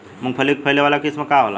मूँगफली के फैले वाला किस्म का होला?